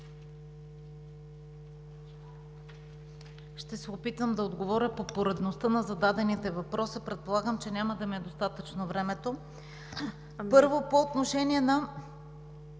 Ще се опитам да отговоря по поредността на зададените въпроси. Предполагам, че няма да ми е достатъчно времето. Първо, по отношение на